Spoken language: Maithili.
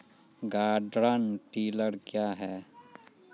गार्डन टिलर क्या हैं?